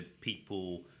people